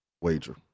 wager